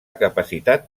capacitat